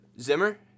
Zimmer